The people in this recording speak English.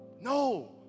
No